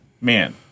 man